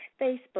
facebook